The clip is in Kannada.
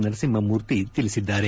ನರಸಿಂಹಮೂರ್ತಿ ತಿಳಿಸಿದ್ದಾರೆ